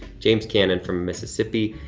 james cannon from mississippi.